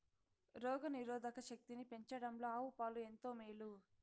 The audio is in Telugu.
రోగ నిరోధక శక్తిని పెంచడంలో ఆవు పాలు ఎంతో మేలు